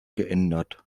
geändert